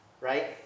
right